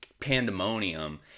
pandemonium